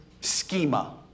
schema